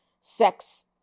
sex